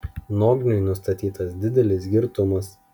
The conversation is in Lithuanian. nogniui nustatytas didelis girtumas